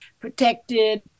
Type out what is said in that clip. protected